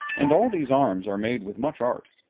and all these arms are made with much art.